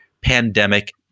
pandemic